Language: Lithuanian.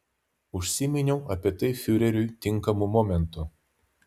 užsiminiau apie tai fiureriui tinkamu momentu